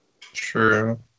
True